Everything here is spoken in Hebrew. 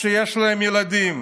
שיש להם ילדים.